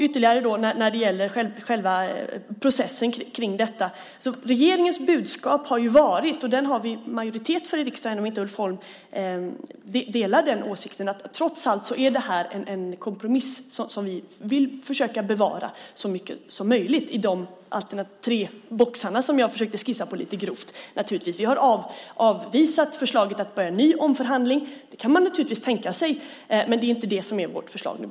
När det gäller själva processen kring detta har regeringens budskap varit - det har vi majoritet för i riksdagen, även om Ulf Holm inte delar den åsikten - att trots allt är det här en kompromiss, som vi vill försöka bevara så mycket som möjligt i de tre boxar som jag försökte skissa på lite grovt. Vi har avvisat förslaget att börja en ny omförhandling. Det kan man naturligtvis tänka sig, men det är inte det som är vårt förslag nu.